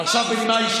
מה העובדות, אדוני?